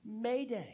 mayday